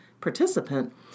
participant